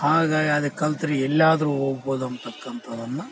ಆಗ ಅದು ಕಲ್ತ್ರೆ ಎಲ್ಯಾದರು ಹೋಗ್ಬೌದು ಅಂತಕಂಥದ್ದನ್ನ